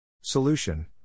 Solution